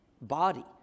body